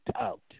out